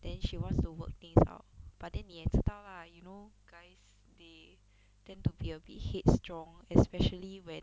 then she want to work things out but then 你也知道 lah you know guys they tend to be a bit headstrong especially when